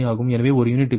எனவே ஒரு யூனிட்டுக்கு 1